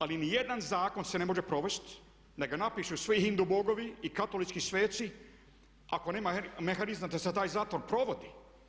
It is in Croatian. Ali ni jedan zakon se ne može provesti da ga napišu svi Indu bogovi i katolički sveci ako nema mehanizma da se taj zakon provodi.